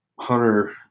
hunter